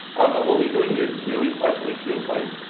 but what we're doing is really quite, coming to your point,